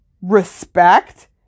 Respect